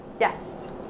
Yes